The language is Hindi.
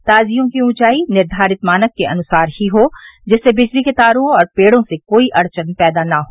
ताजियों की ऊँचाई निर्घारित मानक के अनुसार ही हो जिससे बिजली के तारों और पेड़ों से कोई अड़चन न पैदा हो